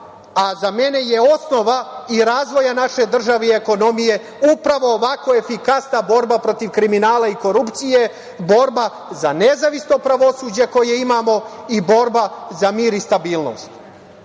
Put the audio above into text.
a za mene je osnova i razvoja naše države i ekonomije upravo ovako efikasna borba protiv kriminala i korupcije, borba za nezavisno pravosuđe koje imamo i borba za mir i stabilnost. Prema